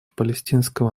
палестинского